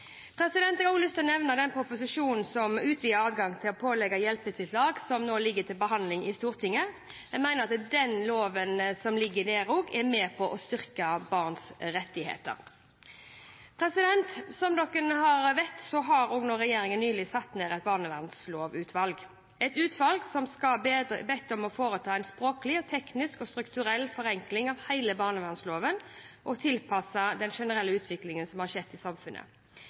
Jeg har også lyst til å nevne proposisjonen om utvidet adgang til å pålegge hjelpetiltak som nå ligger til behandling i Stortinget. Jeg mener at den loven som ligger der, også er med på å styrke barns rettigheter. Som dere vet, har regjeringen nylig nedsatt et barnevernlovutvalg, et utvalg som er bedt om å foreta en språklig, teknisk og strukturell forenkling av hele barnevernloven, tilpasset den generelle utviklingen som har skjedd i samfunnet.